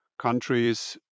countries